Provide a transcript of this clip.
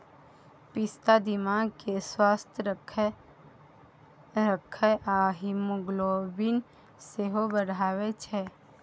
पिस्ता दिमाग केँ स्वस्थ रखै छै आ हीमोग्लोबिन सेहो बढ़ाबै छै